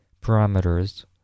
Parameters